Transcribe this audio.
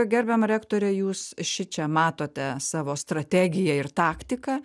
gerbiama rektore jūs šičia matote savo strategiją ir taktiką